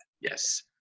Yes